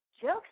jokes